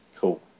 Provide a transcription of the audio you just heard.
Cool